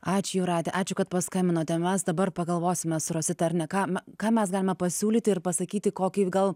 ačiū jūrate ačiū kad paskambinote mes dabar pagalvosime su rosita ar ne kam ką mes galime pasiūlyti ir pasakyti kokį gal